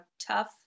tough